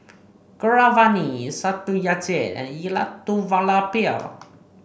Keeravani Satyajit and Elattuvalapil